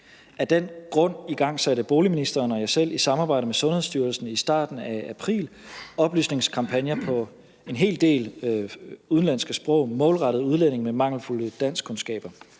Af den grund igangsatte boligministeren og jeg selv i samarbejde med Sundhedsstyrelsen i starten af april oplysningskampagner på en hel del udenlandske sprog målrettet udlændinge med mangelfulde danskkundskaber,